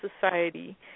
Society